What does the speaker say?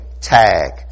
tag